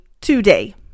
today